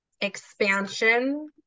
expansion